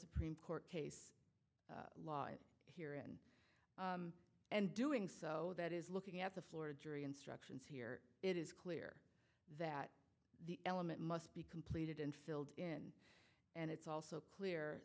supreme court case law it and doing so that is looking at the florida jury instructions here it is clear that the element must be completed and filled in and it's also clear